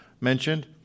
mentioned